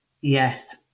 Yes